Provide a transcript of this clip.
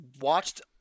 watched